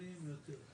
ההסתייגות לא התקבלה.